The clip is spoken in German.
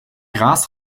gras